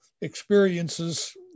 experiences